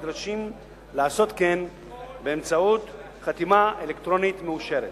נדרשים לעשות כן באמצעות חתימה אלקטרונית מאושרת.